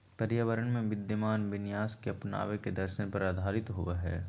पर्यावरण में विद्यमान विन्यास के अपनावे के दर्शन पर आधारित होबा हइ